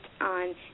on